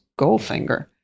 Goldfinger